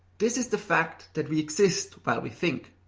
this is the fact that we exist while we think.